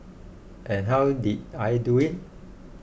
and how did I do it